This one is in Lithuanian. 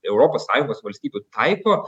europos sąjungos valstybių taiko